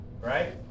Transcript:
Right